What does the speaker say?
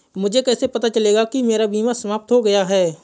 मुझे कैसे पता चलेगा कि मेरा बीमा समाप्त हो गया है?